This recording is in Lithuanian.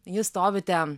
jūs stovite